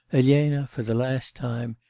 elena, for the last time,